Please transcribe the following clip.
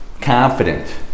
Confident